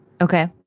Okay